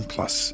Plus